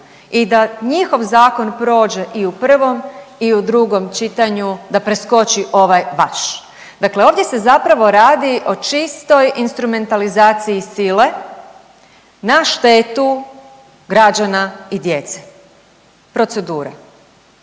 i da njihov zakon prođe i u prvom i u drugom čitanju da preskoči ovaj vaš. Dakle ovdje se zapravo radi o čistoj instrumentalizaciji sile na štetu građana i djece, procedure.